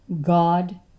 god